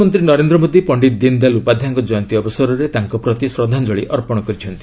ପ୍ରଧାନମନ୍ତ୍ରୀ ନରେନ୍ଦ୍ର ମୋଦି ପଣ୍ଡିତ ଦୀନଦୟାଲ୍ ଉପାଧ୍ୟାୟଙ୍କ ଜୟନ୍ତୀ ଅବସରରେ ତାଙ୍କ ପ୍ରତି ଶ୍ରଦ୍ଧାଞ୍ଚଳି ଅର୍ପଣ କରିଛନ୍ତି